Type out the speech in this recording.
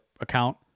account